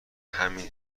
همین